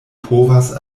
povas